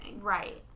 Right